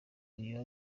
iyo